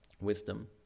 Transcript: wisdom